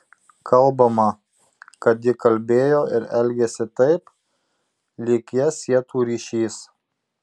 kalbama kad ji kalbėjo ir elgėsi taip lyg jas sietų ryšys